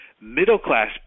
Middle-class